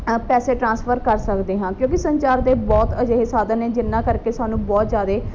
ਅ ਪੈਸੇ ਟਰਾਂਸਫਰ ਕਰ ਸਕਦੇ ਹਾਂ ਕਿਉਂਕਿ ਸੰਚਾਰ ਦੇ ਬਹੁਤ ਅਜਿਹੇ ਸਾਧਨ ਨੇ ਜਿਹਨਾਂ ਕਰਕੇ ਸਾਨੂੰ ਬਹੁਤ ਜ਼ਿਆਦਾ